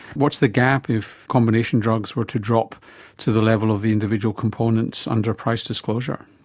what is the gap if combination drugs were to drop to the level of the individual components under price disclosure?